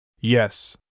Yes